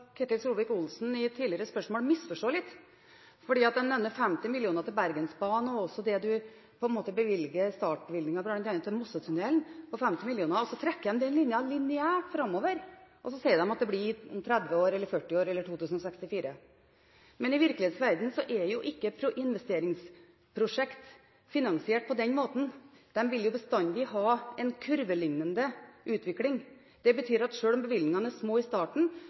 Ketil Solvik-Olsen i et tidligere spørsmål, misforstår litt, fordi de nevner 50 mill. kr til Bergensbanen – og det man bevilger i startbevilgning, bl.a. til Mossetunnelen på 50 mill. kr. Så trekker de den linjen lineært framover og sier at utbyggingen tar 30 eller 40 år. Men i virkelighetens verden er ikke investeringsprosjekt finansiert på den måten. De vil bestandig ha en kurvelignende utvikling. Det betyr at selv om bevilgningene er små i starten,